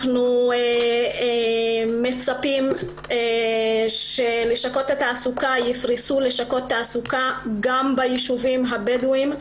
אנחנו מצפים שלשכות התעסוקה יתפרסו גם בישובי הבדואים.